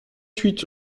huit